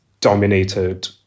dominated